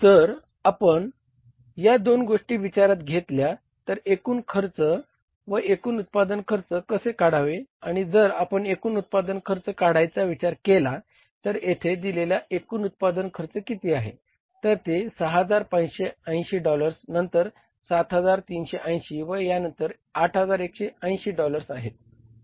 जर आपण या दोन गोष्टी विचारात घेतल्या तर एकूण खर्च व एकूण उत्पादन खर्च कसे काढावे आणि जर आपण एकूण उत्पादन खर्च काढायचा विचार केला तर येथे दिलेले एकूण उत्पादन खर्च किती आहे तर ते 6580 डॉलर्स नंतर 7380 व त्यानंतर ते 8180 डॉलर्स आहेत बरोबर